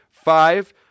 Five